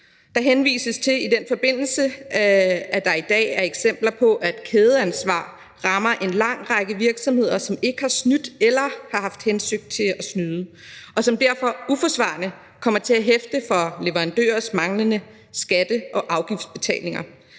Der henvises i den forbindelse til, at der i dag er eksempler på, at kædeansvar rammer en lang række virksomheder, som ikke har snydt eller har haft til hensigt at snyde, og som derfor uforvarende kommer til at hæfte for leverandørers manglende skatte- og afgiftsbetalinger,